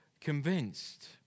convinced